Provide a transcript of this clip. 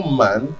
man